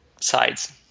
sides